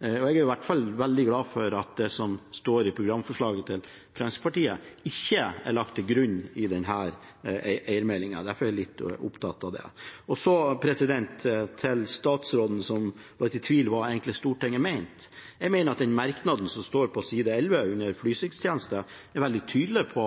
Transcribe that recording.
Jeg er i hvert fall veldig glad for at det som står i programforslaget til Fremskrittspartiet, ikke er lagt til grunn i denne meldingen. Derfor er jeg litt opptatt av det. Så til statsråden som var litt i tvil om hva Stortinget egentlig mener. Jeg mener at den merknaden som står på side 5 under Flysikringstjenesten, er veldig tydelig på